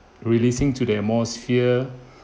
releasing to the atmosphere